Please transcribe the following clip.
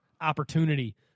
opportunity